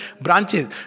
branches